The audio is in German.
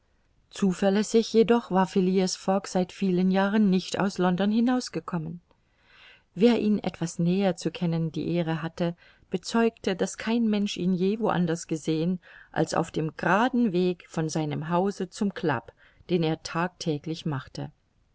zuverlässig jedoch war phileas fogg seit vielen jahren nicht aus london hinaus gekommen wer ihn etwas näher zu kennen die ehre hatte bezeugte daß kein mensch ihn je wo anders gesehen als auf dem geraden wege von seinem hause zum club den er tagtäglich machte